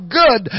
good